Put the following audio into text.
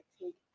take